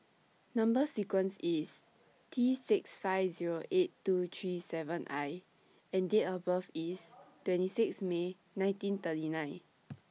Number sequence IS T six five Zero eight two three seven I and Date of birth IS twenty six May nineteen thirty nine